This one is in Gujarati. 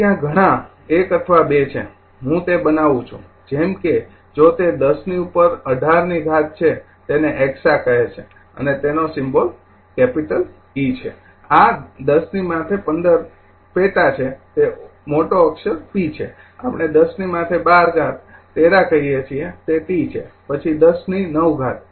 ત્યાં ઘણા ૧ અથવા ૨ છે હું તે બનાવું છું જેમ કે જો તે 10ની ઉપર ૧૮ની ઘાત છે તેને એક્સા કહે છે તેનો સિમ્બોલ E છે આ ૧૦૧૫ પેટા છે તે મોટો અક્ષર P છે આપણે ૧૦૧૨ ટેરા કહીયે છીએ તે T છે પછી ૧૦ ની ૯ ઘાત